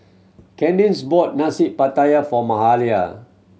Cadence bought Nasi Pattaya for Mahalia